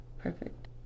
Perfect